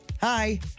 Hi